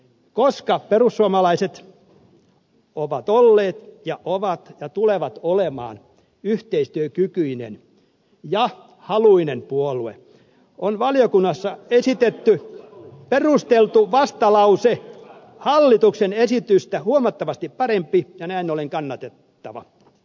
koska perussuomalaiset on ollut ja on ja tulee olemaan yhteistyökykyinen ja haluinen puolue on valiokunnassa esitetty perusteltu vastalause hallituksen esitystä huomattavasti parempi ja näin ollen kannatettava